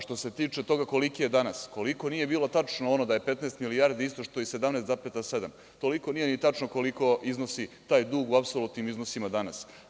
Što se tiče toga koliki je danas, koliko nije bilo tačno ono da je 15 milijardi isto što i 17,7, toliko nije ni tačno koliko iznosi taj dug u apsolutnim iznosima danas.